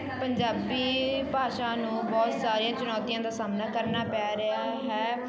ਪੰਜਾਬੀ ਭਾਸ਼ਾ ਨੂੰ ਬਹੁਤ ਸਾਰੀਆਂ ਚੁਣੌਤੀਆਂ ਦਾ ਸਾਹਮਣਾ ਕਰਨਾ ਪੈ ਰਿਹਾ ਹੈ